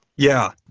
yeah.